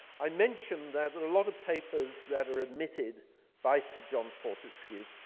i mentioned that that a lot of papers that are admitted by sir john fortescue,